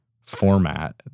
format